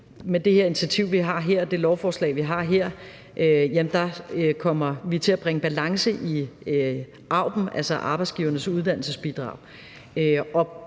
Med det initiativ, vi har her, og det lovforslag, vi har her, kommer vi til at bringe balance i AUB'en, altså Arbejdsgivernes Uddannelsesbidrag.